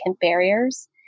barriers